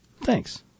Thanks